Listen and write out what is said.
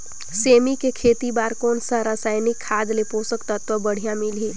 सेमी के खेती बार कोन सा रसायनिक खाद ले पोषक तत्व बढ़िया मिलही?